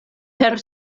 per